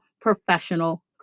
professional